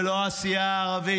ולא הסיעה הערבית,